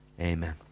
Amen